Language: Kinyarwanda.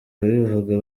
ababivuga